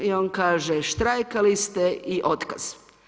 I on kaže štrajkali ste i otkaz.